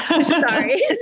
Sorry